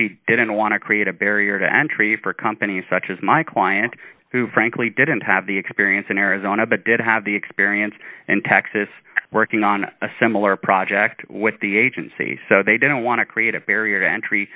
y didn't want to create a barrier to entry for companies such as my client who frankly didn't have the experience in arizona but did have the experience in texas working on a similar project with the agency so they don't want to create a barrier to entry